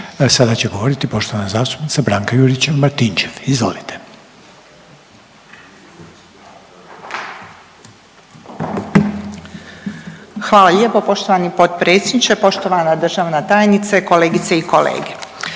Sada će govoriti poštovana zastupnica Branka Juričev-Martinčev, izvolite. **Juričev-Martinčev, Branka (HDZ)** Hvala lijepo poštovani potpredsjedniče, poštovana državna tajnice, kolegice i kolege.